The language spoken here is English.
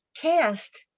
cast